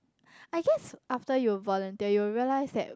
I guess after you volunteer you will realise that